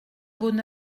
bonne